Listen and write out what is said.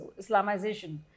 islamization